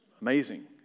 amazing